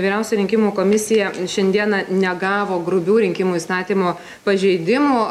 vyriausia rinkimų komisija šiandieną negavo grubių rinkimų įstatymo pažeidimų